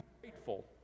grateful